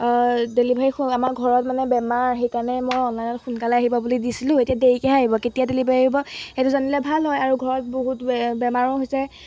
delivery আমাৰ ঘৰত মানে বেমাৰ সেইকাৰণে মই অনলাইনত সোনকালে আহিব বুলি দিছিলোঁ এতিয়া দেৰিকৈহে আহিব কেতিয়া ডেলিভাৰী আহিব সেইটো জানিলে ভাল হয় আৰু ঘৰত বহুত বেমাৰো হৈছে